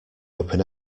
open